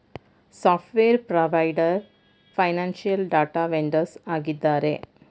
software provider, financial data vendors ಆಗಿದ್ದಾರೆ